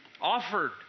Offered